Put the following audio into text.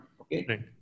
Okay